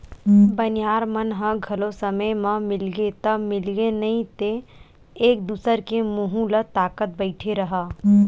बनिहार मन ह घलो समे म मिलगे ता मिलगे नइ ते एक दूसर के मुहूँ ल ताकत बइठे रहा